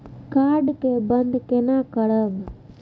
Card के बन्द केना करब?